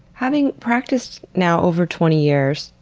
having practiced now over twenty years,